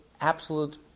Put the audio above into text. absolute